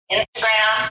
Instagram